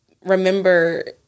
remember